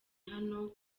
hano